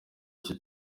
icyo